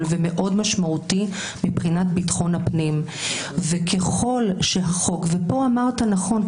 ומאוד משמעותי מבחינת ביטחון הפנים ואמרת פה נכון,